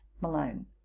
Malone